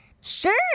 Sure